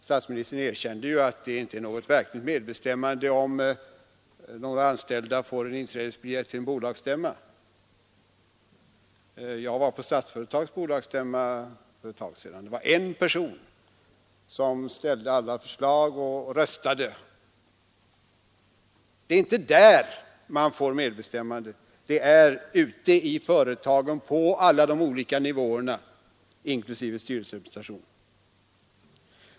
Statsministern erkände att det inte innebär något verkligt medbestämmande om några anställda får en inträdesbiljett till en bolagsstämma. Jag var på AB Statsföretags bolagsstämma för ett tag sedan. Det var en person som där ställde alla förslag och röstade. Det är inte där man får medbestämmandet. Det är ute i företagen på alla de olika nivåerna, inklusive styrelserepresentation.